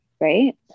right